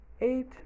eight